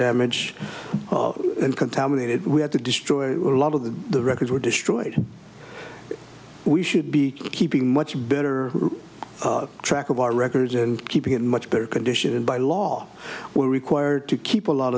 damage and contaminated we had to destroy a lot of the the records were destroyed and we should be keeping much better track of our records and keeping in much better condition and by law we're required to keep a lot